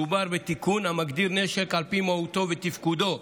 מדובר בתיקון המגדיר נשק על פי מהותו ותפקודו,